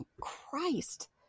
Christ